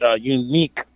unique